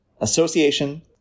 association